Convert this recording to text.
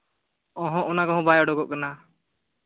ᱚᱦᱚᱸ ᱚᱱᱟ ᱠᱚᱦᱚᱸ ᱵᱟᱭ ᱩᱰᱩᱠᱚᱜ ᱠᱟᱱᱟ